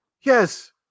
Yes